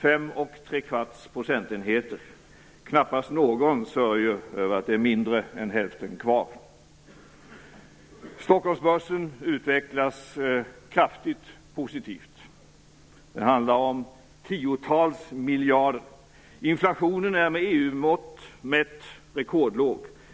5,75 procentenheter. Knappast någon sörjer över att det är mindre än hälften kvar. Stockholmsbörsen utvecklas kraftigt positivt. Det handlar om tiotals miljarder. Inflationen är med EU-mått mätt rekordlåg.